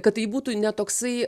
kad tai būtų ne toksai